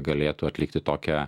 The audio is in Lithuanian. galėtų atlikti tokią